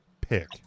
pick